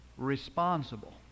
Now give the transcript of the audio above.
responsible